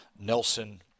Nelson